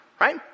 right